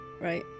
right